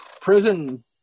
Prison